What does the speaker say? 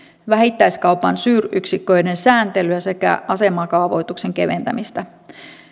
vähittäiskaupan suuryksiköiden sääntelyä sekä asemakaavoituksen keventämistä